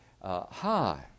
high